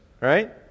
right